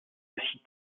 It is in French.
aussi